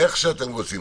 איך שאתם רוצים.